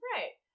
Right